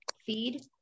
feed